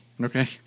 Okay